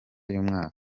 y’umwaka